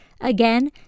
Again